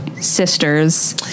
sisters